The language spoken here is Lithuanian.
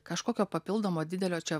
kažkokio papildomo didelio čia